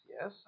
yes